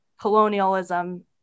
colonialism